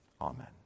Amen